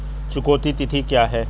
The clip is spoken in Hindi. चुकौती तिथि क्या है?